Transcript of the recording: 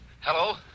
Hello